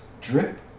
drip